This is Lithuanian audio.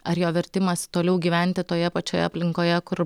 ar jo vertimas toliau gyventi toje pačioje aplinkoje kur